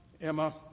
Emma